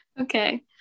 okay